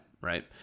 Right